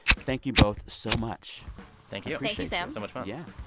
thank you both so much thank you thank you, sam so much fun yeah.